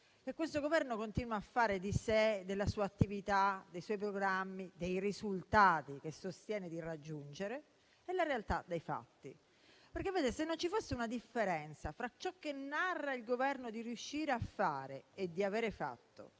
questo Governo continua a fare di sé, della sua attività, dei suoi programmi, dei risultati che sostiene di raggiungere, e la realtà dei fatti. Se non ci fosse una differenza fra ciò che il Governo narra di riuscire a fare e di avere fatto